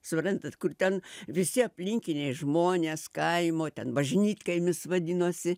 suprantat kur ten visi aplinkiniai žmonės kaimo ten bažnytkaimis vadinosi